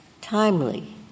timely